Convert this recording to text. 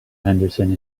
henderson